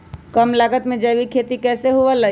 कम लागत में जैविक खेती कैसे हुआ लाई?